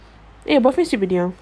eh your boyfriend sleep already ah